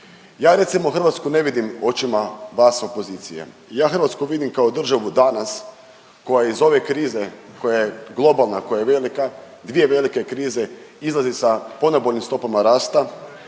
Ja recimo Hrvatsku ne vidim očima vas opozicije. Ja Hrvatsku vidim kao državu danas koja je iz ove krize koja je globalna, koja je velika, dvije velike krize izlazi sa ponajboljim stopama rasta,